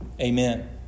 amen